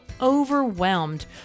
overwhelmed